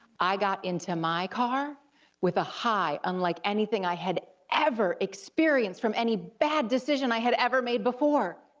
i got into my car with a high unlike anything i had ever experienced from any bad decision i had ever made before.